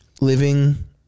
living